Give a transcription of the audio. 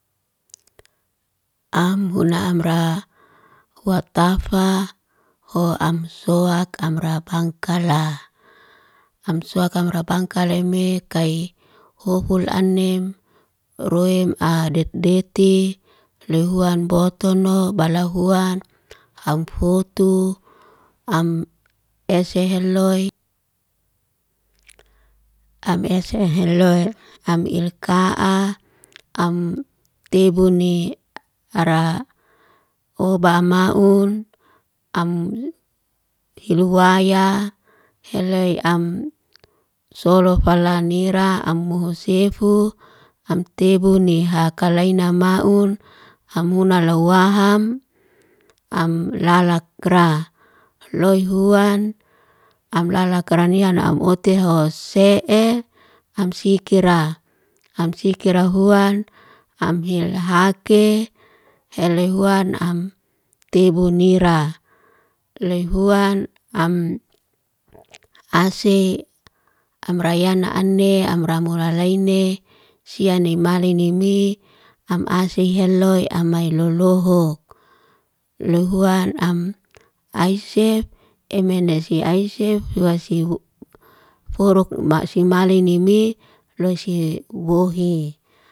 Am huna amra, huatafa ho am suak amra bangkala. Am suak amra bangkala me kai hofual anem, ruem a det deti, lihuan botono balahuan. Am fotu, am ese heloy am ese heloy, am ilka'a, am tebuni ara obama'un, am tilhuwaya, helei am solo falanira, am muhusefu, am tebuni hakaleina mau'un, am huna lawaham, am lalakra. Loy huan am lalakranian am oteho se'e, am sikira. Am sikira huan, am hilhake, helei huan, am tebunira. Loy huan, am ase amrayana ane, am ramulalaine, sianimalinimi, am asi heloy, am maileloho. Loy huan, am aisef, emenesi aisef yuasi furukma simalini mi, loy si wohi.